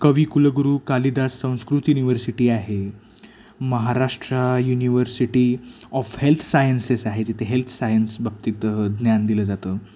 कवी कुलगुरू कालिदास संस्कृत युनिव्हर्सिटी आहे Maharashtra university of health sciences आहे जिथे हेल्थ सायन्स बाबतीत ज्ञान दिलं जातं